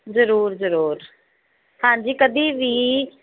ਜ਼ਰੂਰ ਜ਼ਰੂਰ ਹਾਂਜੀ ਕਦੀ ਵੀ